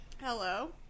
Hello